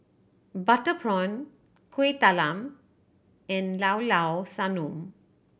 butter prawn Kuih Talam and Llao Llao Sanum